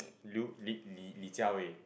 Liu Li Li Li-Jia-wei